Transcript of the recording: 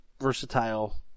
Versatile